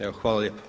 Evo hvala lijepo.